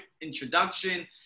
introduction